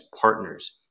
partners